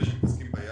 שמתעסקים בים,